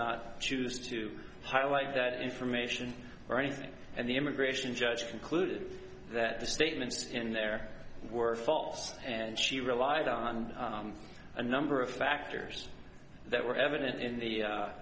not choose to highlight that information or anything and the immigration judge concluded that the statements in there were false and she relied on a number of factors that were evident in the